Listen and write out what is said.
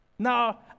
Now